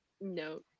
No